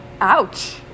Ouch